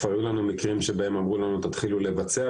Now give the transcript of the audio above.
כבר היו לנו מקרים שבהם אמרו לנו להתחיל לבצע,